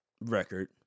record